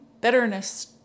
bitterness